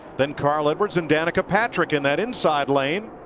then carl edwards and danica patrick in that inside lane.